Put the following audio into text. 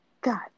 God